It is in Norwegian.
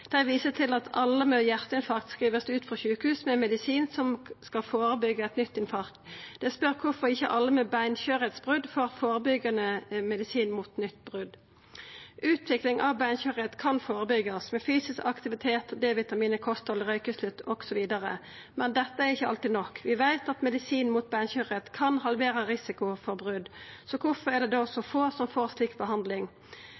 Dei viser til at alle med hjarteinfarkt vert skrivne ut frå sjukehus med medisin som skal førebyggja eit nytt infarkt. Dei spør kvifor ikkje alle med beinskjørheitsbrot får førebyggjande medisin mot nytt brot. Utvikling av beinskjørheit kan førebyggjast ved fysisk aktivitet og D-vitamin i kosthaldet, røykeslutt osv., men dette er ikkje alltid nok. Vi veit at medisin mot beinskjørheit kan halvera risikoen for brot. Så kvifor er det